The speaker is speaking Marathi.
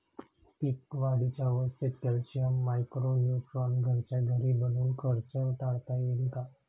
पीक वाढीच्या अवस्थेत कॅल्शियम, मायक्रो न्यूट्रॉन घरच्या घरी बनवून खर्च टाळता येईल का?